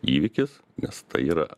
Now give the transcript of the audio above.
įvykis nes tai yra